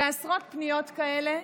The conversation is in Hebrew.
ועשרות פניות כאלה,